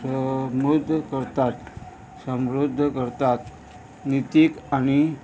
समृध्द करतात समृध्द करतात नितीक आनी